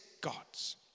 God's